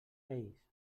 ells